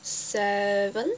seven